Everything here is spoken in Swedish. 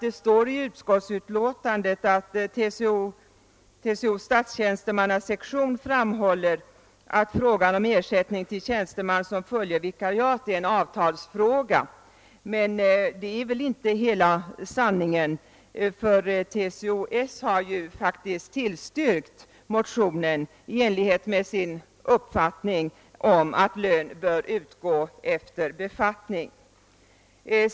I utlåtandet heter det: >TCO:s statstjänstemannasektion framhåller att frågan om ersättning till tjänsteman som fullgör vikariat är en avtalsfråga.> Men det är inte hela sanningen; TCO-S har faktiskt tillstyrkt motionen i enlighet med sin uppfattning att lön bör utgå efter befattning.